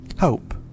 Hope